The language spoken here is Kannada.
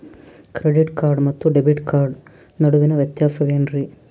ಕ್ರೆಡಿಟ್ ಕಾರ್ಡ್ ಮತ್ತು ಡೆಬಿಟ್ ಕಾರ್ಡ್ ನಡುವಿನ ವ್ಯತ್ಯಾಸ ವೇನ್ರೀ?